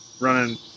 running